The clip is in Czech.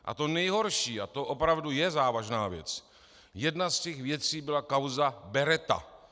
A to nejhorší, a to opravdu je závažná věc, jedna z těch věcí byla kauza Beretta.